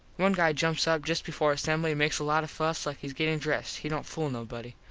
one guy jumps up just before assembly and makes a lot of fuss like hes gettin dressed. he dont fool nobody.